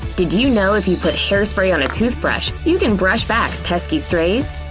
did you you know if you put hairspray on a toothbrush you can brush back pesky strays?